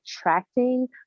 attracting